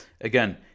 Again